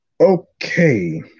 Okay